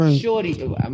shorty